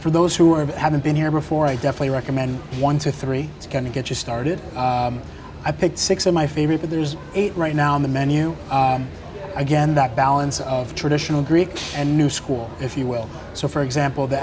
for those who are having been here before i definitely recommend one to three it's going to get you started i picked six of my favorite but there's eight right now on the menu again the balance of traditional greek and new school if you will so for example th